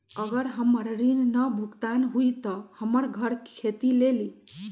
अगर हमर ऋण न भुगतान हुई त हमर घर खेती लेली?